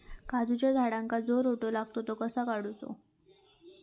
काजूच्या झाडांका जो रोटो लागता तो कसो काडुचो?